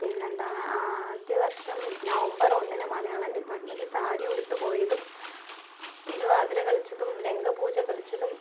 പിന്നെന്താണ് ആദ്യ വർഷം നവംബർ ഒന്നിന് മലയാളം ഡിപ്പാർട്ട്മെൻ്റെില് സാരിയുടുത്ത് പോയതും തിരുവാതിര കളിച്ചതും രംഗ പൂജ കളിച്ചതും